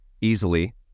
easily